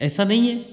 ऐसा नहीं है